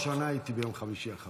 פעם ראשונה הייתי ביום חמישי האחרון.